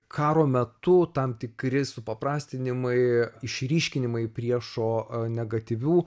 karo metu tam tikri suprastinimai išryškinimai priešo negatyvių